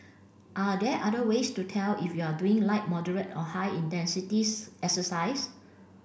are there other ways to tell if you are doing light moderate or high intensities exercise